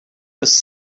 was